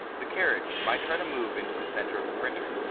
the carriage might try to move into the center of the printer.